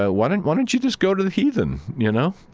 ah why don't why don't you just go to the heathen, you know?